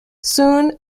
soon